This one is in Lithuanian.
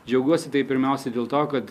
džiaugiuosi tai pirmiausia dėl to kad